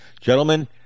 Gentlemen